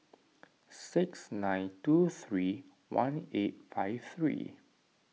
six nine two three one eight five three